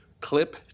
clip